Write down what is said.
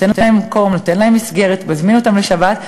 נותן להם מקום, נותן להם מסגרת, מזמין אותם לשבת.